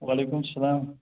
وعلیکُم السَلام